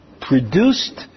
produced